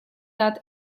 that